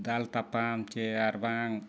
ᱫᱟᱞ ᱛᱟᱯᱟᱢ ᱥᱮ ᱟᱨᱵᱟᱝ